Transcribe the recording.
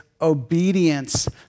obedience